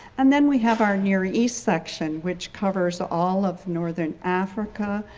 and then we have our near east section which covers all of northern africa,